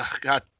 God